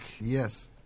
Yes